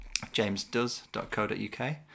jamesdoes.co.uk